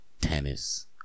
Tennis